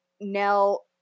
Nell